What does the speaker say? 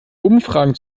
umfragen